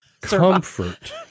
Comfort